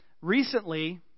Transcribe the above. Recently